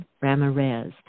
Ramirez